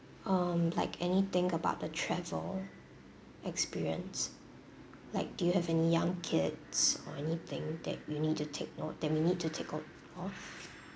um like anything about the travel experience like do you have any young kids or anything that you need to take note that we need to take note of